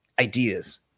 ideas